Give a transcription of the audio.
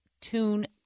tune